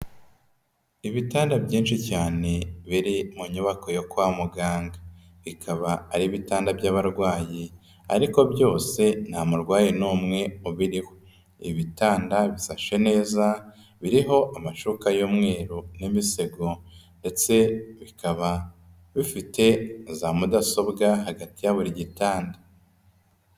Ibitanda byinshi cyane biri mu nyubako yo kwa muganga, bikaba ari ibitanda by'abarwayi ariko byose nta murwayi n'umwe ubiriho, ibi bitanda bisashe neza, biriho amashuka y'umweru n'imisego ndetse bikaba bifite za mudasobwa hagati ya buri gitanda.